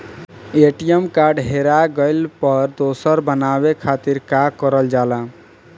ATM card हेरा गइल पर दोसर बनवावे खातिर का करल जाला?